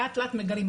לאט לאט מגלים,